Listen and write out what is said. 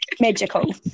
Magical